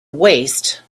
waste